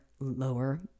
lower